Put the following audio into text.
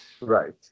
Right